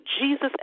Jesus